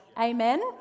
Amen